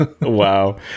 Wow